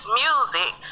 music